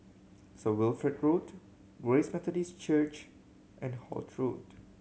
Saint Wilfred Road Grace Methodist Church and Holt Road